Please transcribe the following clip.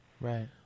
Right